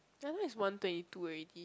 ya now is one twenty two already